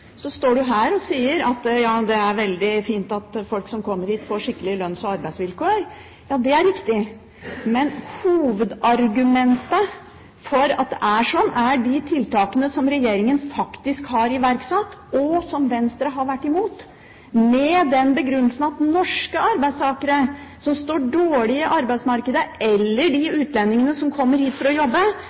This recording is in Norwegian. Så står Trine Skei Grande her og sier: Det er veldig fint at folk som kommer hit, får skikkelige lønns- og arbeidsvilkår. Ja, det er riktig. Men hovedargumentet for at det er sånn, er de tiltakene som regjeringen faktisk har iverksatt – og som Venstre har vært imot, med den begrunnelsen at norske arbeidstakere som står dårlig i arbeidsmarkedet, eller de utlendingene som kommer hit for å jobbe,